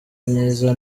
myiza